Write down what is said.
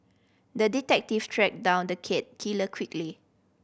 the detective tracked down the cat killer quickly